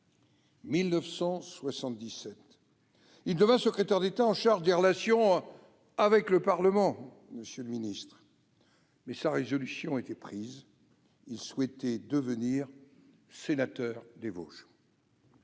1977, il devint secrétaire d'État chargé des relations avec le Parlement. Mais sa résolution était prise : il souhaitait devenir sénateur des Vosges.